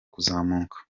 kuzamuka